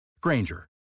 Granger